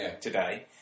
today